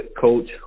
coach